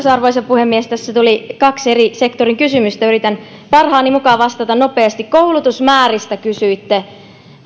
arvoisa puhemies tässä tuli kaksi eri sektorin kysymystä yritän parhaani mukaan vastata nopeasti koulutusmääristä kysyitte